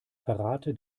verrate